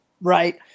Right